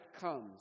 comes